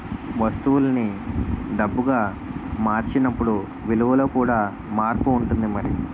వస్తువుల్ని డబ్బుగా మార్చినప్పుడు విలువలో కూడా మార్పు ఉంటుంది మరి